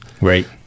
right